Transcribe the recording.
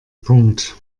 punkt